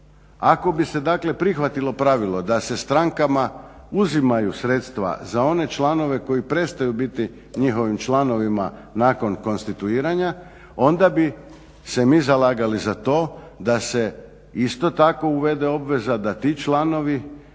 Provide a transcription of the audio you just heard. Ako bi se dakle prihvatilo pravilo da se strankama uzimaju sredstva za one članove koji prestaju biti njihovim članovima nakon konstituiranja onda bi se mi zalagali za to da se isto tako uvede obveza da ti članovi